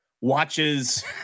Watches